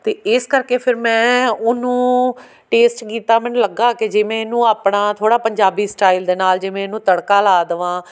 ਅਤੇ ਇਸ ਕਰਕੇ ਫਿਰ ਮੈਂ ਉਹਨੂੰ ਟੇਸਟ ਕੀਤਾ ਮੈਨੂੰ ਲੱਗਾ ਕਿ ਜਿਵੇਂ ਇਹਨੂੰ ਆਪਣਾ ਥੋੜ੍ਹਾ ਪੰਜਾਬੀ ਸਟਾਈਲ ਦੇ ਨਾਲ ਜੇ ਮੈਂ ਇਹਨੂੰ ਤੜਕਾ ਲਾ ਦਵਾਂ